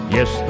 Yes